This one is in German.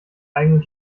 eigenen